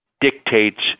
dictates